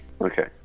Okay